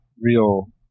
real